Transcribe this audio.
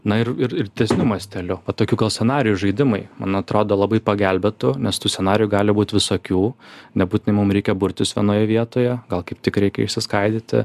na ir ir didesniu masteliu va tokių gal scenarijų žaidimai man atrodo labai pagelbėtų nes tų scenarijų gali būt visokių nebūtinai mum reikia burtis vienoje vietoje gal kaip tik reikia išsiskaidyti